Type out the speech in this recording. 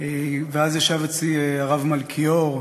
ואז ישב אצלי הרב מלכיאור,